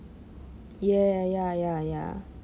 yeah ya ya ya